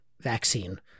vaccine